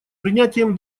принятием